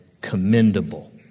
commendable